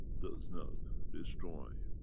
does not destroy.